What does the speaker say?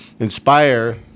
Inspire